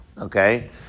okay